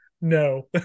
no